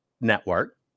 Network